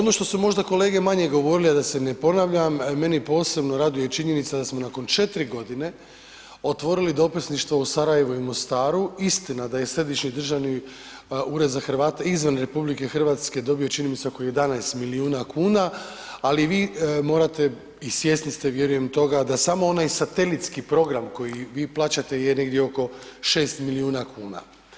Ono što su možda kolege manje govorile a da se ne ponavljam, mene posebno raduje činjenica da smo nakon 4 g. otvorili dopisništvo u Sarajevu i Mostaru, istina da je Središnji državni ured za Hrvate izvan RH dobio čini mi se oko 11 milijuna kuna ali vi morate i svjesni ste vjerujem toga da samo onaj satelitski program koji vi plaćate je negdje oko 6 milijuna kuna.